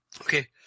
Okay